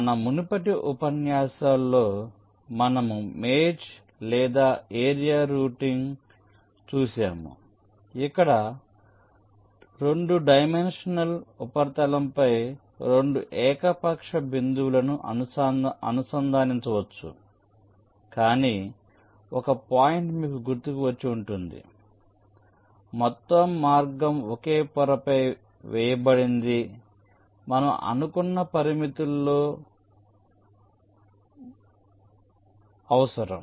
మన మునుపటి ఉపన్యాసాలలో మనము మేజ్ లేదా ఏరియా రౌటింగ్ను చూశాము ఇక్కడ 2 డైమెన్షనల్ ఉపరితలంపై 2 ఏకపక్ష బిందువులను అనుసంధానించవచ్చు కానీ ఒక పాయింట్ మీకు గుర్తుకు వచ్చి ఉంటుంది మొత్తం మార్గం ఒకే పొరపై వేయబడింది మనం అనుకున్న పరిమితుల్లో మరియు అవసరం